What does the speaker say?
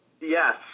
Yes